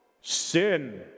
sin